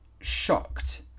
shocked